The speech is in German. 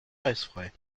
eisfrei